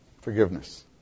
Forgiveness